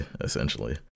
essentially